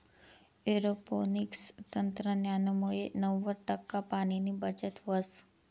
aeroponics तंत्रज्ञानमुये नव्वद टक्का पाणीनी बचत व्हस